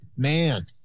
Man